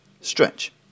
stretch